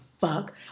fuck